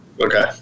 Okay